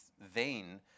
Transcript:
vain